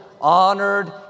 honored